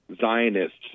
Zionists